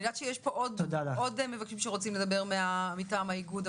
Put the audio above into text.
אני יודעת שיש פה עוד מבקשים שרוצים לדבר מטעם האיגוד,